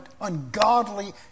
ungodly